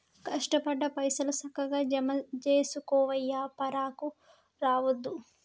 కష్టపడ్డ పైసలు, సక్కగ జమజేసుకోవయ్యా, పరాకు రావద్దు